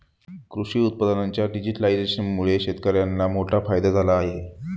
कृषी उत्पादनांच्या डिजिटलायझेशनमुळे शेतकर्यांना मोठा फायदा झाला आहे